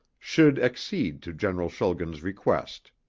should accede to general schulgen's request.